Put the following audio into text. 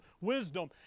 wisdom